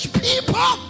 people